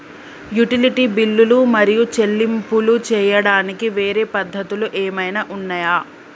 Utility బిల్లులు మరియు చెల్లింపులు చేయడానికి వేరే పద్ధతులు ఏమైనా ఉన్నాయా?